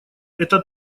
это